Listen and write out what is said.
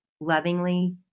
lovingly